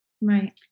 Right